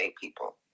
people